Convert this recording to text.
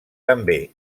també